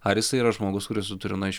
ar jisai yra žmogus kuris turi na jau